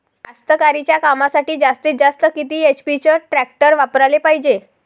कास्तकारीच्या कामासाठी जास्तीत जास्त किती एच.पी टॅक्टर वापराले पायजे?